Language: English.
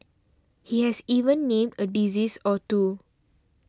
he has even named a disease or two